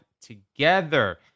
together